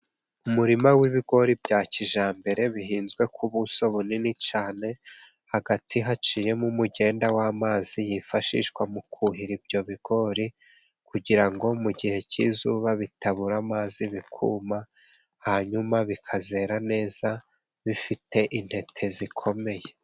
Umurima w'ibigori bya kijyambere bihinzwe ku buso bunini cyane. Hagati haciyemo umugenda w'amazi yifashishwa mu kuhira ibyo bigori, kugira ngo mu gihe cy'izuba bitabura amazi bikuma, hanyuma bikazera neza bifite intete zikomeye.